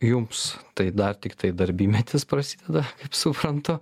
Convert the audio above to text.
jums tai dar tiktai darbymetis prasideda kaip suprantu